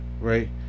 Right